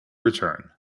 return